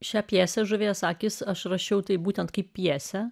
šią pjesę žuvies akys aš ruošiau taip būtent kaip pjesę